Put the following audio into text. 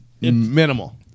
Minimal